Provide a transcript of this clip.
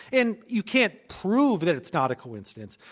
and you can't prove that it's not a coincidence.